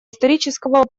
исторического